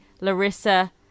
Larissa